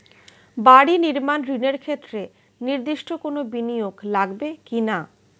বাড়ি নির্মাণ ঋণের ক্ষেত্রে নির্দিষ্ট কোনো বিনিয়োগ লাগবে কি না?